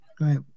Right